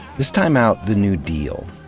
this time out, the new deal.